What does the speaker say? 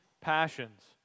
passions